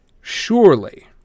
Surely